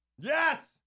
Yes